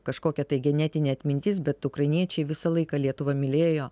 kažkokia tai genetinė atmintis bet ukrainiečiai visą laiką lietuvą mylėjo